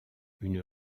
une